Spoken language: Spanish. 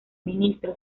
ministro